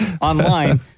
online